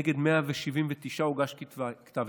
נגד 179 הוגש כתב אישום.